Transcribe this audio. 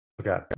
Okay